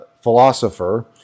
philosopher